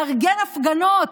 לארגן הפגנות